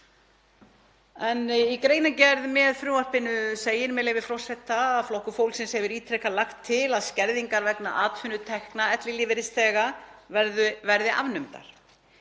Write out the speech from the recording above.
Í greinargerð með frumvarpinu segir, með leyfi forseta: „Flokkur fólksins hefur ítrekað lagt til að skerðingar vegna atvinnutekna ellilífeyrisþega verði afnumdar.